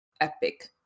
epic